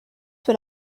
what